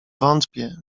wątpię